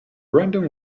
random